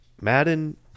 Madden